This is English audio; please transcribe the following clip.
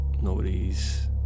Nobody's